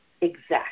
exact